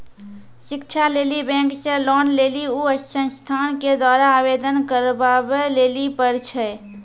शिक्षा लेली बैंक से लोन लेली उ संस्थान के द्वारा आवेदन करबाबै लेली पर छै?